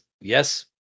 yes